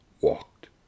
walked